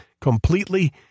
completely